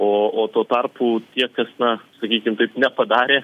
o o tuo tarpu tie kas na sakykim taip nepadarė